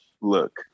look